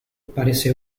parece